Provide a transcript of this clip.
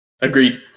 Agreed